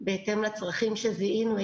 בהתאם לצרכים שזיהינו,